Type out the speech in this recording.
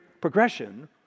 progression